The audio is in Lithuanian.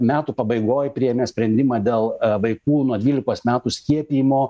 metų pabaigoj priėmė sprendimą dėl vaikų nuo dvylikos metų skiepijimo